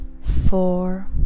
four